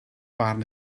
barn